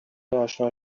اشنا